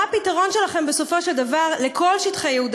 מה הפתרון שלכם בסופו של דבר לכל שטחי יהודה